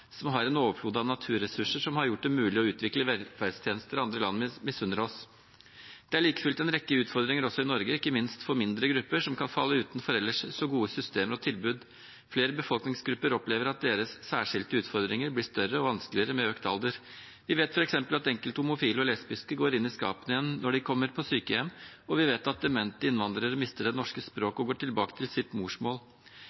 som har en overflod av naturressurser som har gjort det mulig å utvikle velferdstjenester andre land misunner oss. Det er like fullt en rekke utfordringer også i Norge, ikke minst for mindre grupper som kan falle utenfor ellers så gode systemer og tilbud. Flere befolkningsgrupper opplever at deres særskilte utfordringer blir større og vanskeligere med økt alder. Vi vet f.eks. at enkelte homofile og lesbiske går inn i skapet igjen når de kommer på sykehjem, og vi vet at demente innvandrere mister det norske